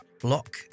block